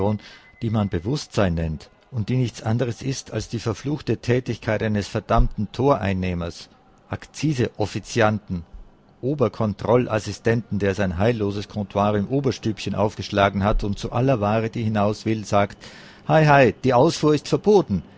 die man bewußtsein nennt und die nichts anders ist als die verfluchte tätigkeit eines verdammten toreinnehmers akziseoffizianten oberkontrollassistenten der sein heilloses comptoir im oberstübchen aufgeschlagen hat und zu aller ware die hinaus will sagt hei hei die ausfuhr ist verboten